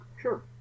sure